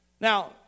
Now